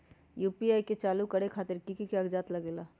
UPI के चालु करे खातीर कि की कागज़ात लग सकेला?